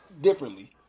differently